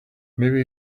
maybe